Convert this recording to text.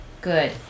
Good